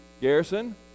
garrison